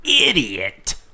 idiot